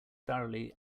thoroughly